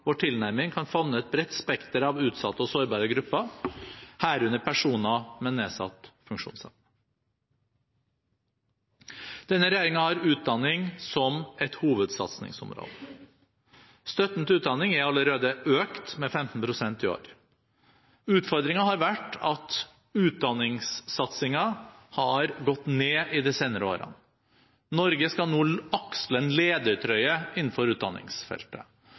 vår tilnærming kan favne et bredt spekter av utsatte og sårbare grupper, herunder personer med nedsatt funksjonsevne. Denne regjeringen har utdanning som et hovedsatsingsområde. Støtten til utdanning er allerede økt med 15 pst. i år. Utfordringen har vært at utdanningssatsingen har gått ned de senere årene. Norge skal nå aksle en ledertrøye innenfor utdanningsfeltet.